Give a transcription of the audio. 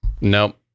Nope